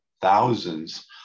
thousands